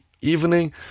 evening